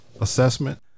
assessment